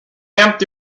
empty